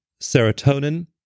serotonin